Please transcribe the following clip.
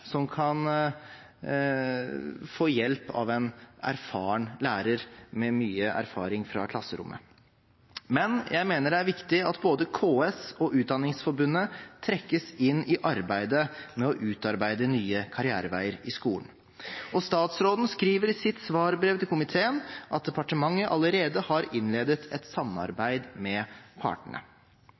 som kan få hjelp av en lærer med mye erfaring fra klasserommet. Men jeg mener det er viktig at både KS og Utdanningsforbundet trekkes inn i arbeidet med å utarbeide nye karriereveier i skolen. Statsråden skriver i sitt svarbrev til komiteen at departementet allerede har innledet et samarbeid med partene.